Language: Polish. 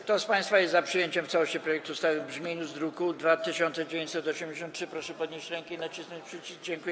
Kto z państwa jest za przyjęciem w całości projektu ustawy w brzmieniu z druku nr 2983, proszę podnieść rękę i nacisnąć przycisk.